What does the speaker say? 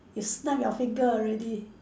you snap your finger already